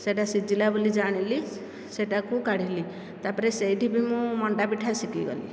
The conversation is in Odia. ସେଇଟା ସିଝିଲା ବୋଲି ଜାଣିଲି ସେଇଟାକୁ କାଢ଼ିଲି ତାପରେ ସେଇଠି ବି ମୁଁ ମଣ୍ଡାପିଠା ଶିଖିଗଲି